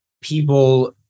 people